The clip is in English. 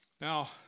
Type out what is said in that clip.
Now